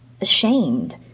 ashamed